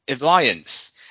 Alliance